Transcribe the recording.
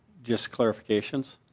just revocation.